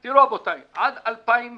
תראו, רבותיי, עד 2011